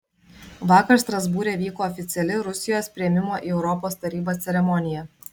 vakar strasbūre vyko oficiali rusijos priėmimo į europos tarybą ceremonija